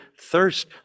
thirst